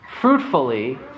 fruitfully